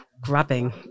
grabbing